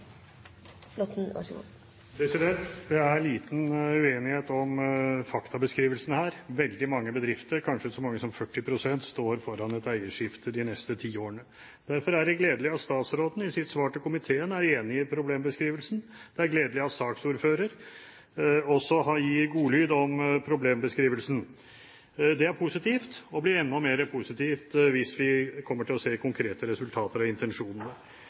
bedrifter, kanskje så mange som 40 pst., står foran et eierskifte de neste ti årene. Derfor er det gledelig at statsråden i sitt svar til komiteen er enig i problembeskrivelsen. Det er gledelig at saksordføreren også gir godlyd om problembeskrivelsen. Det er positivt og blir enda mer positivt hvis vi kommer til å se konkrete resultater av